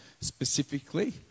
specifically